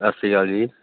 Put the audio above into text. ਸਤਿ ਸ਼੍ਰੀ ਅਕਾਲ ਜੀ